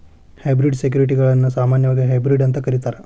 hybrid ಸೆಕ್ಯುರಿಟಿಗಳನ್ನ ಸಾಮಾನ್ಯವಾಗಿ hybrid ಅಂತ ಕರೇತಾರ